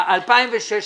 2016